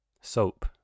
soap